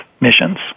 missions